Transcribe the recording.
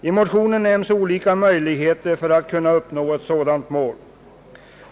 I motionen nämns olika möjligheter att nå ett sådant mål.